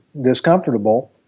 discomfortable